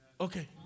Okay